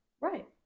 right